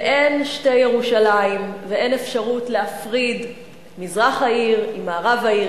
ואין שתי ירושלים ואין אפשרות להפריד מזרח העיר ממערב העיר.